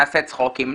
נעשה צחוקים.